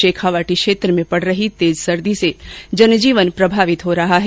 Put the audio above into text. शेखावाटी क्षेत्र में पड रही तेज सर्दी से जनजीवन प्रभावित हो रहा है